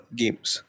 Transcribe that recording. games